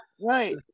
right